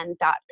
dot